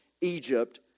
Egypt